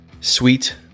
sweet